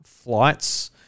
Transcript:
Flights